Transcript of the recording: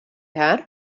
har